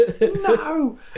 no